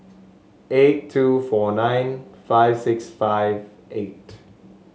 eight two four nine five six five eight